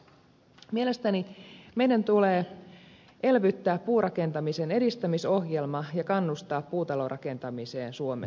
mielestäni meidän tulee elvyttää puurakentamisen edistämisohjelma ja kannustaa puutalorakentamiseen suomessa